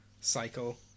cycle